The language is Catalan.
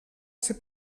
ser